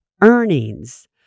earnings